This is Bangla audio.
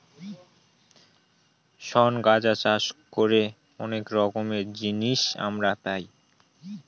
শন গাঁজা চাষ করে অনেক রকমের জিনিস আমরা পাই